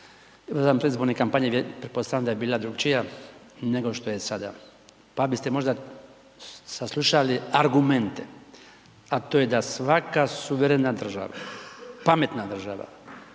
izvan predizborne kampanje pretpostavljam da bi bila drukčija nego što je sada, pa biste možda saslušali argumente a to je da svaka suverena država, pametna država,